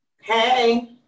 Hey